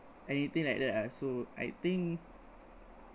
anything like that ah so I think